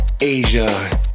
Asia